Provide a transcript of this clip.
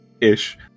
Ish